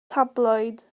tabloid